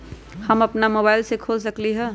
हम अपना मोबाइल से खोल सकली ह?